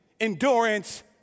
endurance